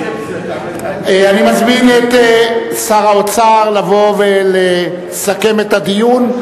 אני מזמין את שר האוצר לבוא ולסכם את הדיון.